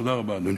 תודה רבה, אדוני.